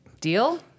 Deal